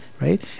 right